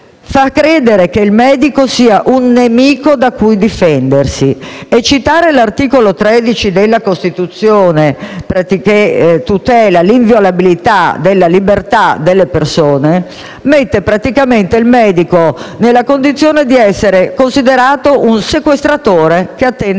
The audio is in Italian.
fa credere che il medico sia un nemico da cui difendersi. Inoltre, citare l'articolo 13 della Costituzione, che tutela l'inviolabilità della libertà delle persone, mette praticamente il medico nella condizione di essere considerato un sequestratore che attenta alla